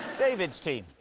david's team.